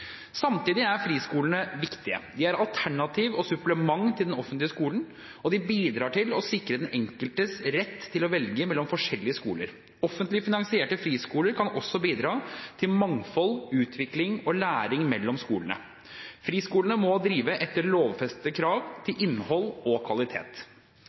Samtidig er friskolene viktige. De er alternativ og supplement til den offentlige skolen, og de bidrar til å sikre den enkeltes rett til å velge mellom forskjellige skoler. Offentlig finansierte friskoler kan også bidra til mangfold, utvikling og læring mellom skolene. Friskolene må drive etter lovfestede krav til innhold og kvalitet.